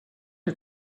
les